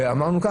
ואמרנו,